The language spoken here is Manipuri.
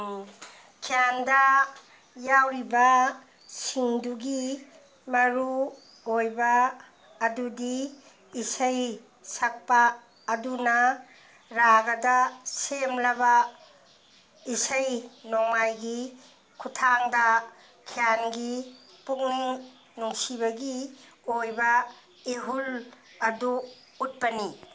ꯈ꯭ꯌꯥꯟꯗ ꯌꯥꯎꯔꯤꯕꯁꯤꯡꯗꯨꯒꯤ ꯃꯔꯨꯑꯣꯏꯕ ꯑꯗꯨꯗꯤ ꯏꯁꯩ ꯁꯛꯄ ꯑꯗꯨꯅ ꯔꯥꯒꯗ ꯁꯦꯝꯂꯕ ꯏꯁꯩ ꯅꯣꯡꯃꯥꯏꯒꯤ ꯈꯨꯠꯊꯥꯡꯗ ꯈ꯭ꯌꯥꯟꯒꯤ ꯄꯨꯛꯅꯤꯡ ꯅꯨꯡꯁꯤꯕꯒꯤ ꯑꯣꯏꯕ ꯏꯍꯨꯜ ꯑꯗꯨ ꯎꯠꯄꯅꯤ